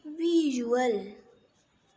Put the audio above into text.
visual